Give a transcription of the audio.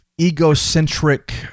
Egocentric